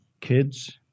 Kids